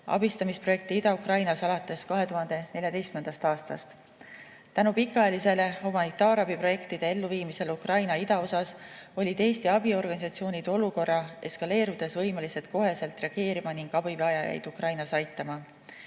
abistamisprojekte Ida-Ukrainas alates 2014. aastast. Tänu pikaajalisele humanitaarabiprojektide elluviimisele Ukraina idaosas olid Eesti abiorganisatsioonid olukorra eskaleerudes võimelised kohe reageerima ning abivajajaid Ukrainas aitama.